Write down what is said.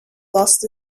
lost